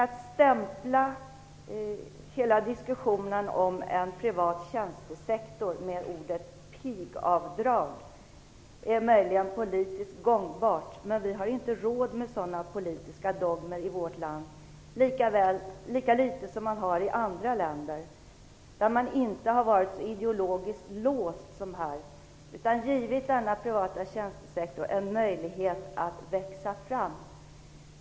Att stämpla hela diskussionen om en privat tjänstesektor med ordet pigavdrag är möjligen politiskt gångbart. Men vi har inte råd med sådana politiska dogmer i vårt land, lika lite som man har råd med det i andra länder. I andra länder har man inte varit lika ideologiskt låst som i Sverige. Man har givit denna privata tjänstesektor en möjlighet att växa fram.